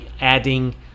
adding